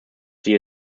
sie